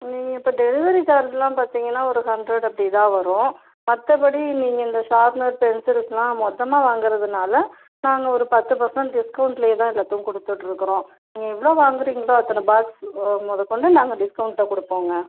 நீங்கள் இப்போது டெலிவரி சார்ஜ்லாம் பார்த்தீங்கன்னா ஒரு ஹண்ட்ரட் அப்படி தான் வரும் மற்றபடி நீங்கள் இந்த ஷார்ப்னர் பென்சில்ஸ்லாம் மொத்தமாக வாங்குறதினால நாங்கள் ஒரு பத்து பர்சென்ட் டிஸ்கௌண்டடில் தான் எல்லாத்தையும் கொடுத்துட்டுருக்குறோம் நீங்கள் எவ்வளோ வாங்கிறீங்களோ அந்த பாக்ஸ் மொதற்கொண்டு டிஸ்கௌண்ட்டை கொடுப்போங்க